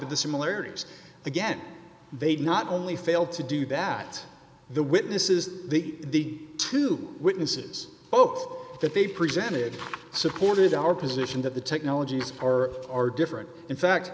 the similarities again they'd not only failed to do that the witness is the two witnesses both that they presented supported our position that the technologies are are different in fact